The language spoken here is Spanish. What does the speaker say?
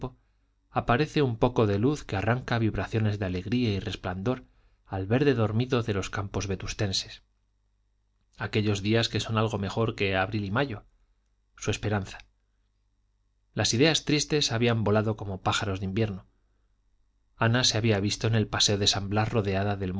aparece un poco de luz que arranca vibraciones de alegría y resplandor al verde dormido de los campos vetustenses aquellos días que son algo mejor que abril y mayo su esperanza las ideas tristes habían volado como pájaros de invierno ana se había visto en el paseo de san blas rodeada del